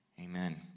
Amen